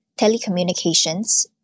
telecommunications